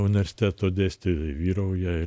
universiteto dėstė vyrauja